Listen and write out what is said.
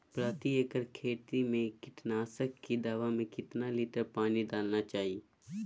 प्रति एकड़ खेती में कीटनाशक की दवा में कितना लीटर पानी डालना चाइए?